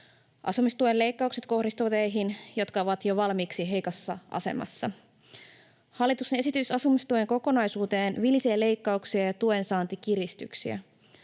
Asumistuen leikkaukset kohdistuvat heihin, jotka ovat jo valmiiksi heikossa asemassa. Hallituksen esitys asumistuen kokonaisuuteen vilisee leikkauksia ja tuen saanti kiristyksiä.